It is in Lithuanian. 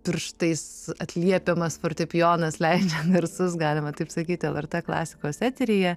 pirštais atliepiamas fortepijonas leidžia garsus galima taip sakyti lrt klasikos eteryje